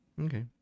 Okay